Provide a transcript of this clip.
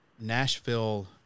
Nashville